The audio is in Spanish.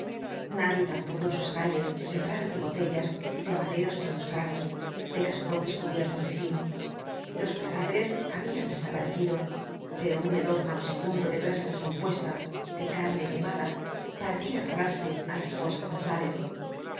nadie tampoco en sus calles sembradas de botellas de maderos chamuscados de cascotes cubiertos de hollín los cadáveres habían desaparecido pero un hedor nauseabundo de grasa descompuesta de carne quemada parecía agarrarse á las fosas nasales